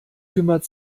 kümmert